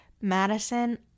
madison